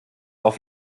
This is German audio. auf